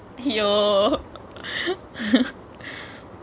!aiyo!